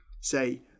say